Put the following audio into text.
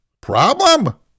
Problem